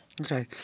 Okay